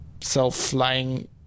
self-flying